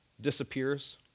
disappears